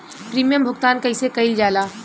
Premium भुगतान कइसे कइल जाला?